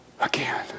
again